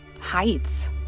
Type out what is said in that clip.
Heights